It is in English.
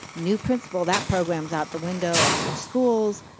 new principal, that program's out the window, i switched schools,